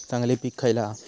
चांगली पीक खयला हा?